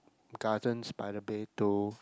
Gardens-by-the-Bay to